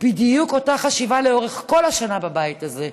בדיוק אותה חשיבה לאורך כל השנה בבית הזה,